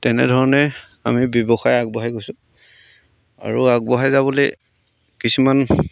তেনেধৰণে আমি ব্যৱসায় আগবঢ়াই গৈছোঁ আৰু আগবঢ়াই যাবলৈ কিছুমান